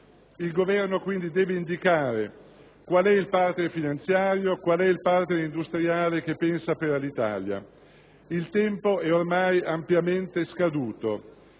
Il Governo quindi deve indicare qual è il partner finanziario, qual è il partner industriale che pensa per Alitalia. Il tempo è ormai ampiamente scaduto.